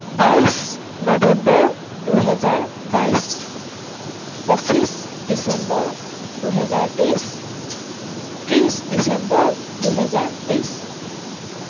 বাইছ নৱেম্বৰ দুহেজাৰ বাইছ পঁচিছ ডিচেম্বৰ দুহেজাৰ তেইছ ত্ৰিছ ডিচেম্বৰ দুহেজাৰ তেইছ